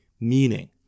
meaning